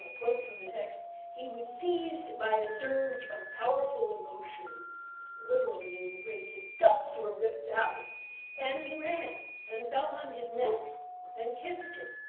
quote from the text, he was seized by a surge of powerful emotion literally, in greek, his guts were ripped out and he ran and fell on his neck and kissed him.